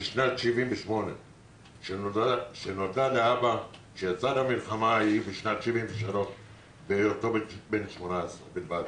שנת 78 שנולדה לאבא שיצא למלחמה ההיא בשנת 73 בהיותו בן 18 בלבד.